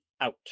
out